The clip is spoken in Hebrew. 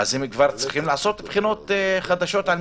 צריכים לעשות בחינות חדשות?